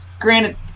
granted